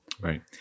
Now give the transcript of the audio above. Right